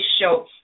show